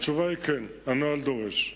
התשובה היא כן, הנוהל דורש.